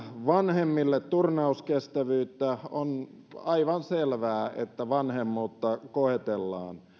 vanhemmille turnauskestävyyttä on aivan selvää että vanhemmuutta koetellaan